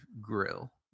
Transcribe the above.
grill